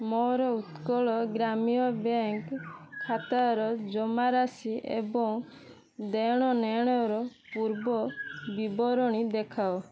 ମୋର ଉତ୍କଳ ଗ୍ରାମୀୟ ବ୍ୟାଙ୍କ୍ ଖାତାର ଜମାରାଶି ଏବଂ ଦେଣନେଣର ପୂର୍ବବିବରଣୀ ଦେଖାଅ